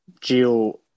Geo